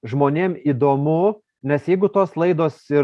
žmonėm įdomu nes jeigu tos laidos ir